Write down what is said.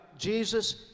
Jesus